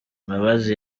mbabazi